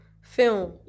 film